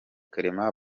clement